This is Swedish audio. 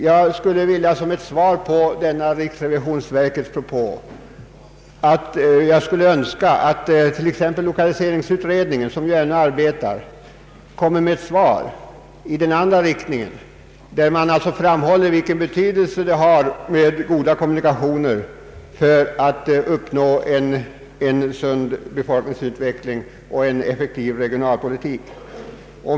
Som ett svar på denna propå från riksrevisionsverket skulle jag vilja uttala den önskan att t.ex. lokaliseringsutredningen, som ju ännu arbetar, kommer med ett uttalande i den andra riktningen och framhåller vilken betydelse goda kommunikationer har för en sund befolkningsutveckling och en effektiv regionalpolitik.